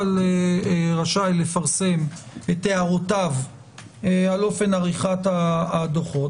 שרשאי לפרסם את הערותיו על אופן עריכת הדוחות,